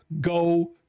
go